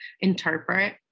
interpret